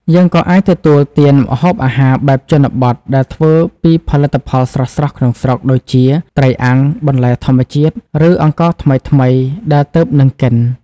យើងក៏អាចទទួលទានម្ហូបអាហារបែបជនបទដែលធ្វើពីផលិតផលស្រស់ៗក្នុងស្រុក ដូចជាត្រីអាំង បន្លែធម្មជាតិ ឬអង្ករថ្មីៗដែលទើបនឹងកិន ។